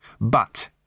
But